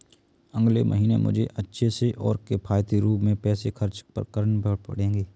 अगले महीने मुझे अच्छे से और किफायती रूप में पैसे खर्च करने पड़ेंगे